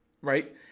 right